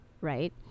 right